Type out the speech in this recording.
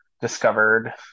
discovered